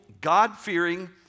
God-fearing